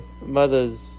mother's